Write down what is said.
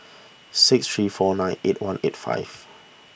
six three four nine eight one eight five